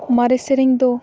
ᱢᱟᱨᱮ ᱥᱮᱨᱮᱧ ᱫᱚ